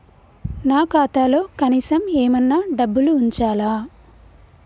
నా ఖాతాలో కనీసం ఏమన్నా డబ్బులు ఉంచాలా?